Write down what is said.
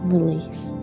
release